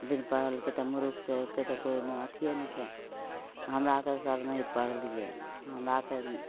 बिन पढ़लके तऽ मुरुखके तऽ कोइ अथिए नहि छै हमरा आओरके सर नहि पढ़लिए हमरा आओरके